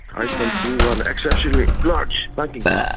iceland grew on exceptionally large banking